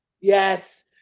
Yes